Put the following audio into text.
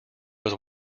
was